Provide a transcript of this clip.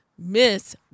Miss